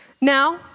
Now